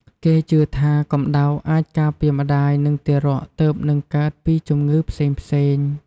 គេជឿថា កំដៅអាចការពារម្ដាយ និងទារកទើបនឹងកើតពីជំងឺផ្សេងៗ។